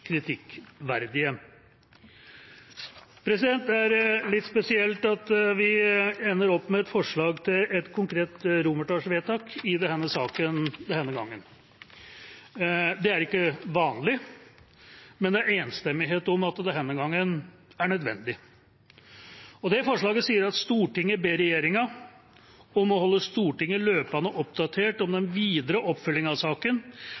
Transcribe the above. Det er litt spesielt at vi ender med et forslag til et konkret romertallsvedtak i denne saken. Det er ikke vanlig. Men det er enstemmighet om at det denne gangen er nødvendig. I forslag til vedtak I står det: «Stortinget ber regjeringen om å holde Stortinget løpende oppdatert om den videre oppfølging av saken,